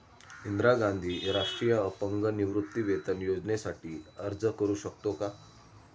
इंदिरा गांधी राष्ट्रीय अपंग निवृत्तीवेतन योजनेसाठी अर्ज करू शकतो का?